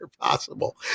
possible